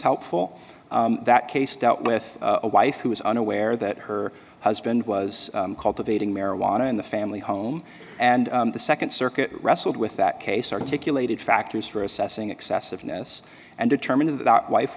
helpful that case dealt with a wife who was unaware that her husband was called evading marijuana in the family home and the second circuit wrestled with that case articulated factors for assessing excessiveness and determin